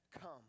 come